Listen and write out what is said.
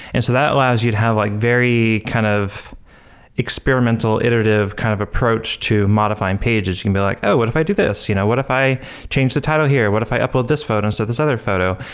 and so that allows you to have like very kind of experimental iterative kind of approach to modifying pages. you can be like, oh! what if i do this? you know what if i change the title here? what if i upload this photo instead of this other photo.